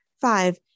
Five